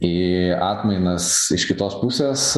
į atmainas iš kitos pusės